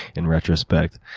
in retrospect.